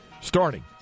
starting